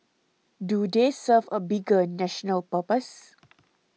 do they serve a bigger national purpose